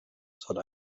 soll